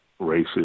racist